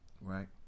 Right